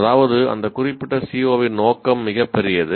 அதாவது அந்த குறிப்பிட்ட CO இன் நோக்கம் மிகப் பெரியது